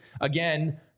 Again